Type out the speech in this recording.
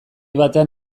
batean